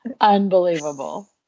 unbelievable